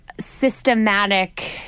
systematic